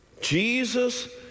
Jesus